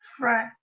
Right